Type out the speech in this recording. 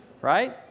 Right